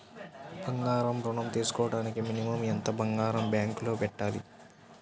బంగారం ఋణం తీసుకోవడానికి మినిమం ఎంత బంగారం బ్యాంకులో పెట్టాలి?